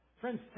Friends